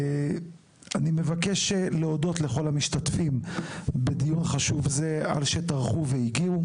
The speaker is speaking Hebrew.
אני מבקש להודות לכל המשתתפים בדיון חשוב זה על שטרחו והגיעו.